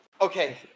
okay